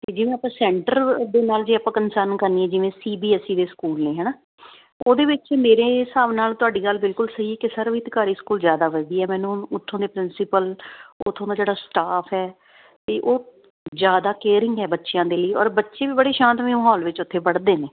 ਤੇ ਜਿਵੇਂ ਆਪਾਂ ਸੈਂਟਰ ਦੇ ਨਾਲ ਜੇ ਆਪਾਂ ਕੰਸਰਨ ਕਰਨੀ ਜਿਵੇਂ ਸੀਬੀਐਸਈ ਦੇ ਸਕੂਲ ਨੇ ਹਨਾ ਉਹਦੇ ਵਿੱਚ ਮੇਰੇ ਹਿਸਾਬ ਨਾਲ ਤੁਹਾਡੀ ਗੱਲ ਬਿਲਕੁਲ ਸਹੀ ਕਿ ਸਰਵਿਤਕਾਰੀ ਸਕੂਲ ਜਿਆਦਾ ਵਧੀਆ ਮੈਨੂੰ ਉਥੋਂ ਦੇ ਪ੍ਰਿੰਸੀਪਲ ਉਥੋਂ ਦਾ ਜਿਹੜਾ ਸਟਾਫ ਹੈ ਤੇ ਉਹ ਜਿਆਦਾ ਕੇਅਰਿੰਗ ਹੈ ਬੱਚਿਆਂ ਦੇ ਲਈ ਔਰ ਬੱਚੇ ਵੀ ਬੜੇ ਸ਼ਾਂਤਮਈ ਮਾਹੌਲ ਵਿੱਚ ਉੱਥੇ ਪੜ੍ਹਦੇ ਨੇ